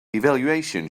evaluation